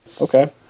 Okay